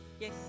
Yes